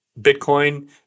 Bitcoin